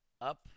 up